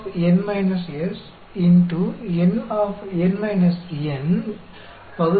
यह अन्य प्रकार के डिस्ट्रीब्यूशन के विपरीत अनंत नहीं है